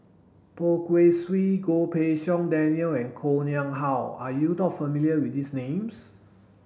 Poh Kay Swee Goh Pei Siong Daniel and Koh Nguang How are you dot familiar with these names